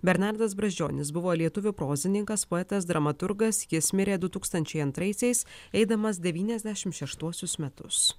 bernardas brazdžionis buvo lietuvių prozininkas poetas dramaturgas jis mirė du tūkstančiai antraisiais eidamas devyniasdešimt šeštuosius metus